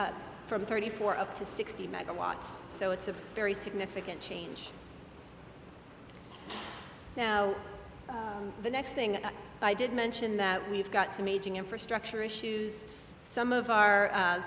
from thirty four up to sixty megawatts so it's a very significant change now the next thing i did mention that we've got some aging infrastructure issues some of our